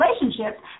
relationships